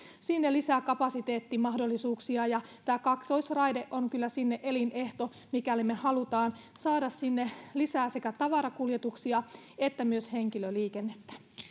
lisää kapasiteettimahdollisuuksia ja tämä kaksoisraide on kyllä elinehto mikäli me haluamme saada sinne lisää sekä tavarakuljetuksia että henkilöliikennettä